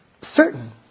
certain